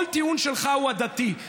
כל טיעון שלך הוא עדתי.